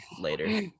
later